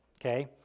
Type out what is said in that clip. okay